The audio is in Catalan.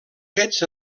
fets